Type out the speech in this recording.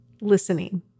listening